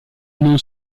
non